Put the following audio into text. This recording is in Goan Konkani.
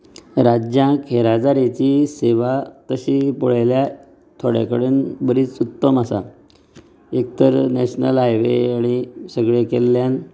राज्याक येरादारिची सेवा तशी पळयल्यार थोडे कडेन बरीच उत्तम आसा एकतर नेशनल हायवे आनी सगळें केल्ल्यान